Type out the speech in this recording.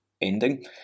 ending